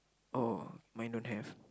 oh mine don't have